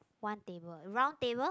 one table round table